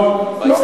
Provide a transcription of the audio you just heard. לא, לא.